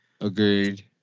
Agreed